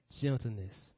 gentleness